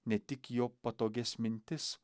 ne tik jo patogias mintis